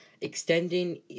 extending